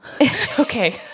okay